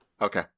Okay